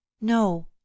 No